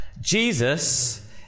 jesus